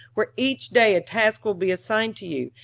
where each day a task will be assigned to you,